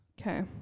Okay